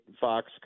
Fox